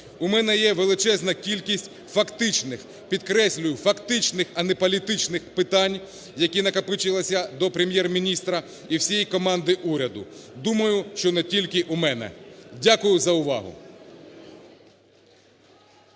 У мене є величезна кількість фактичних, підкреслюю, фактичних, а не політичних питань, які накопичилися до Прем'єр-міністра і всієї команди уряду. Думаю, що не тільки у мене. Дякую за увагу.